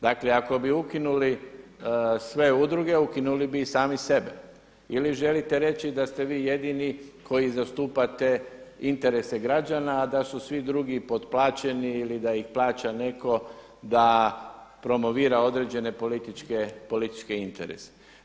Dakle, ako bi ukinuli sve udruge ukinuli bi i sami sebe ili želite reći da ste vi jedini koji zastupate interese građana, a da su svi drugi potplaćeni ili da ih plaća netko da promovira određene političke interese.